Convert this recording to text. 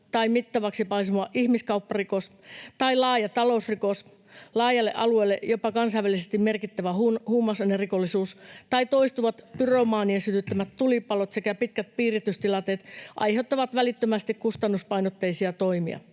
tai mittavaksi paisuva ihmiskaupparikos tai laaja talousrikos, laajalle alueelle, jopa kansainvälisesti, merkittävä huumausainerikollisuus tai toistuvat pyromaanien sytyttämät tulipalot sekä pitkät piiritystilanteet aiheuttavat välittömästi kustannuspainotteisia toimia.